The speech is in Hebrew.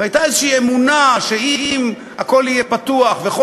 והייתה איזושהי אמונה שאם הכול יהיה פתוח וכל